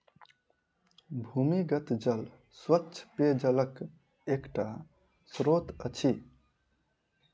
भूमिगत जल स्वच्छ पेयजलक एकटा स्त्रोत अछि